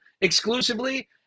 exclusively